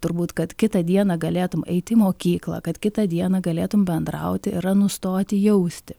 turbūt kad kitą dieną galėtum eiti į mokyklą kad kitą dieną galėtum bendrauti yra nustoti jausti